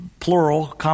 plural